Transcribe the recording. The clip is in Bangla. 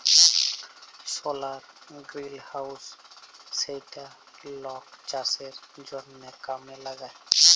সলার গ্রিলহাউজ যেইটা লক চাষের জনহ কামে লাগায়